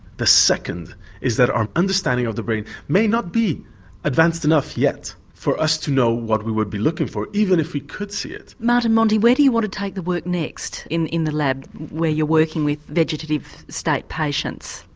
the second is that our understanding of the brain may not be advanced enough yet for us to know what we would be looking for even if we could see it. martin monti where do you want to take the work next in in the lab where you're working with vegetative state patients?